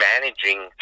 managing